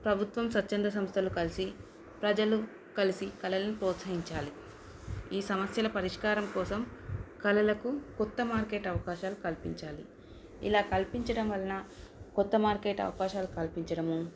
ప్రభుత్వం స్వచ్ఛంద సంస్థలు కలిసి ప్రజలు కలిసి కళలను ప్రోత్సహించాలి ఈ సమస్యల పరిష్కారం కోసం కళలకు కొత్త మార్కెట్ అవకాశాలు కల్పించాలి ఇలా కల్పించడం వలన కొత్త మార్కెట్ అవకాశాలు కల్పించడము